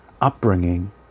upbringing